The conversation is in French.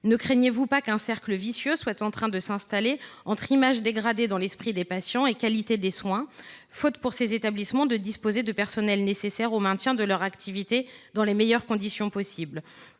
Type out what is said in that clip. Ne craignez vous pas qu’un cercle vicieux soit en train de s’installer, entre image dégradée dans l’esprit des patients et qualité des soins, faute pour ces établissements de disposer des personnels nécessaires au maintien de leur activité dans les meilleures conditions possibles ?